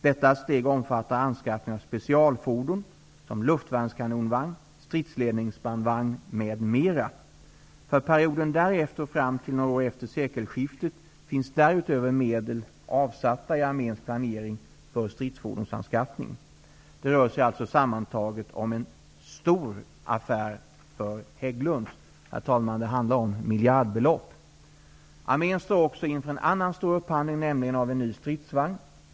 Detta steg omfattar anskaffning av specialfordon, som luftvärnskanonvagn, stridsledningsbandvagn m.m. För perioden därefter och fram till några år efter sekelskiftet finns därutöver medel avsatta i arméns planering för stridsfordonsanskaffningen. Det rör sig alltså sammantaget om en stor affär för Hägglunds -- det handlar om miljardbelopp. Armén står också inför en annan stor upphandling, nämligen av en ny stridsvagn.